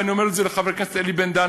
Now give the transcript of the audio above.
ואני אומר את זה לחבר הכנסת אלי בן-דהן,